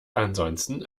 ansonsten